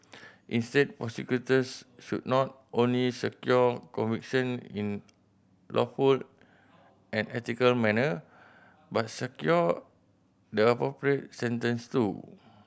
instead prosecutors should not only secure conviction in lawful and ethical manner but secure the appropriate sentence too